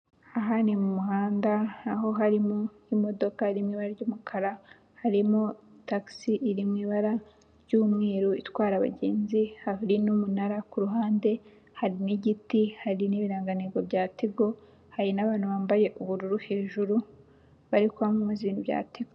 Aha ni mu muhanda aho harimo imodoka iri mu ibara ry'umukara, harimo tagisi iri mu ibara ry'umweru itwara abagenzi. Hari n'umunara ku ruhande, hari n'igiti, hari n'ibirangantego bya Tigo, hari n'abantu bambaye ubururu hejuru bari kwamamaza ibintu bya Tigo.